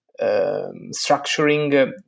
structuring